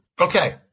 okay